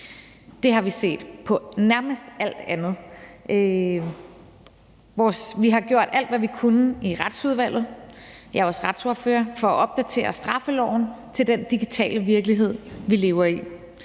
Det har vi set på nærmest alle andre områder. Vi har gjort alt, hvad vi kunne, i Retsudvalget – jeg er også retsordfører – for at opdatere straffeloven i forhold til den digitale virkelighed, vi lever i.